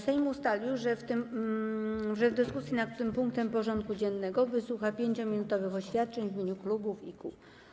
Sejm ustalił, że w dyskusji nad tym punktem porządku dziennego wysłucha 5-minutowych oświadczeń w imieniu klubów i kół.